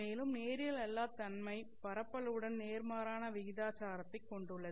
மேலும் நேரியல் அல்லா தன்மை பரப்பளவுடன் நேர்மாறான விகிதாசாரத்தைக் கொண்டுள்ளது